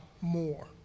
more